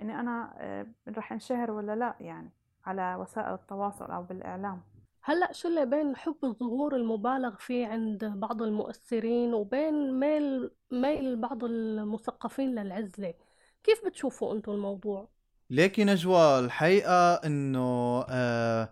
إني أنا، آه، رح انشهر ولا لا، يعني على وسائل التواصل أو بالإعلام. هلأ شو اللي بين حب الظهور المبالغ فيه عند بعض المؤثرين وبين ميل- ميل بعض المثقفين للعزلة؟ كيف بتشوفوا انتو الموضوع؟ ليكي نجوى، الحقيقة إنه، آه،